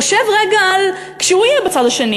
חושב רגע על מה שיהיה כשהוא יהיה בצד השני,